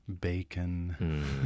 Bacon